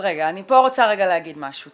אני פה רוצה רגע להגיד משהו.